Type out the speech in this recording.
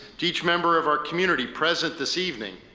to each member of our community present this evening,